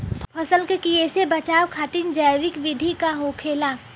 फसल के कियेसे बचाव खातिन जैविक विधि का होखेला?